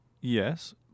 yes